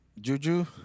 juju